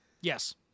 Yes